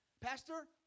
Pastor